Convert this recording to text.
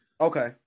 okay